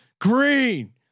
green